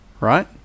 Right